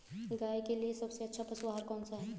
गाय के लिए सबसे अच्छा पशु आहार कौन सा है?